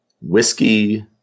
whiskey